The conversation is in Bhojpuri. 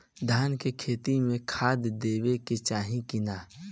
धान के खेती मे खाद देवे के चाही कि ना?